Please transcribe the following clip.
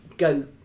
go